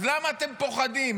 אז למה אתם פוחדים?